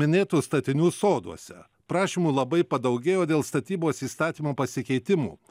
minėtų statinių soduose prašymų labai padaugėjo dėl statybos įstatymo pasikeitimų